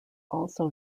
also